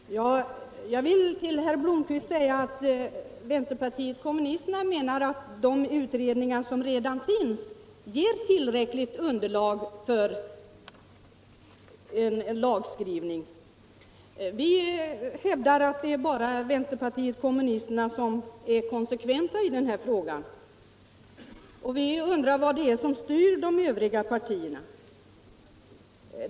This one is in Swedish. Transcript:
Herr talman! Jag vill till herr Blomkvist säga att vänsterpartiet kommunisterna menar att de utredningar som redan finns ger tillräckligt underlag för en lagskrivning. Vi hävdar att det är bara vänsterpartiet kommunisterna som är konsekventa i denna fråga. Vi undrar vad det är som styr de övriga partierna.